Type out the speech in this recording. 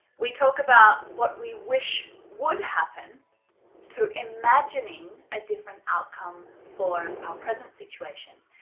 we talk about what we wish would happen so imagining a different outcome for our present situation.